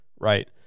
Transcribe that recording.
right